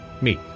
meet